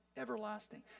everlasting